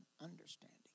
understanding